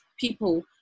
people